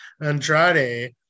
Andrade